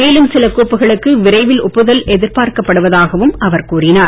மேலும் சில கோப்புகளுக்கு விரைவில் ஒப்புதல் எதிர்பார்க்கப் படுவதாகவும் அவர் கூறினார்